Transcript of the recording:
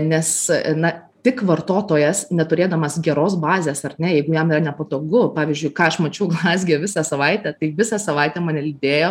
nes na tik vartotojas neturėdamas geros bazės ar ne jeigu jam yra nepatogu pavyzdžiui ką aš mačiau glazge visą savaitę tai visą savaitę mane lydėjo